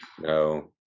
no